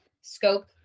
scope